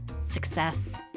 success